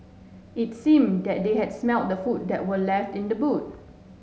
it seemed that they had smelt the food that were left in the boot